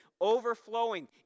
overflowing